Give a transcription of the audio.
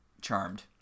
Charmed